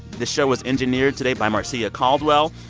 the show was engineered today by marcia caldwell.